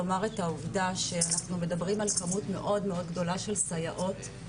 לומר את העובדה שאנחנו מדברים על כמות מאוד מאוד גדולה של סייעות.